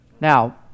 Now